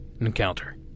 encounter